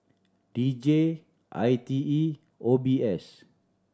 D J I T E O B S